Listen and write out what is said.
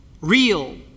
real